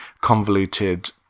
convoluted